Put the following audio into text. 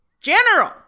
general